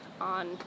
on